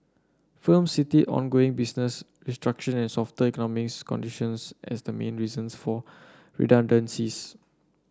firms cited ongoing business restructuring and softer economics conditions as the main reasons for redundancies